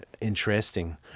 interesting